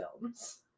Films